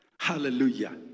Hallelujah